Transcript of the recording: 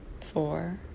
four